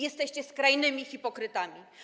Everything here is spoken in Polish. Jesteście skrajnymi hipokrytami.